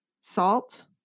salt